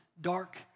dark